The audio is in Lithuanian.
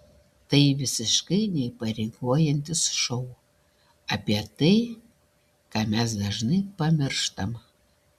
tai visiškai neįpareigojantis šou apie tai ką mes dažnai pamirštam